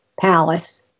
palace